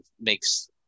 makes